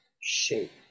shape